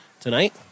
tonight